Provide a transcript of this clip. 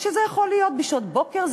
זה יכול להיות בשעות הבוקר,